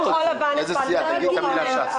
תגיד: ש"ס.